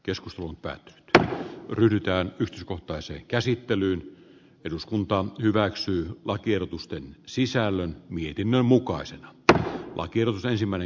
keskustelun tai tätä ryhdytään kohtaiseen käsittelyyn eduskunta hyväksyy lakiehdotusten sisällön mietinnön mukaan nyt kuitenkin on ensimmäinen